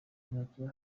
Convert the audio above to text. ryakeye